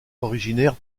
originaire